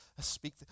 speak